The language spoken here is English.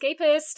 Escapist